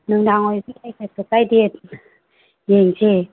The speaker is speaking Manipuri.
ꯅꯨꯃꯤꯗꯥꯡ ꯑꯣꯏꯔꯁꯨ ꯀꯩꯁꯨ ꯀꯥꯏꯗꯦ ꯌꯦꯡꯁꯦ